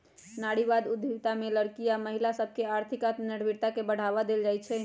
नारीवाद उद्यमिता में लइरकि आऽ महिला सभके आर्थिक आत्मनिर्भरता के बढ़वा देल जाइ छइ